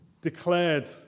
declared